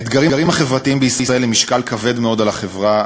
האתגרים החברתיים בישראל הם משקל כבד מאוד על החברה,